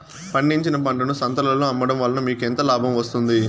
పండించిన పంటను సంతలలో అమ్మడం వలన మీకు ఎంత లాభం వస్తుంది?